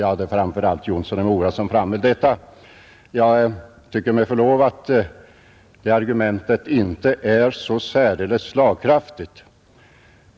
Det var framför allt herr Jonsson i Mora som framhöll detta. Jag tycker med förlov sagt att det argumentet inte är så särdeles slagkraftigt.